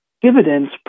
dividends